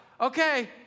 okay